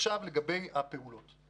עכשיו אדבר על הפעולות.